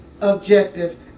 objective